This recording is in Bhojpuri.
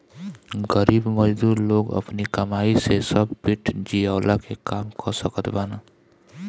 गरीब मजदूर लोग अपनी कमाई से बस पेट जियवला के काम कअ सकत बानअ